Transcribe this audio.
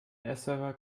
server